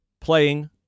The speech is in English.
playing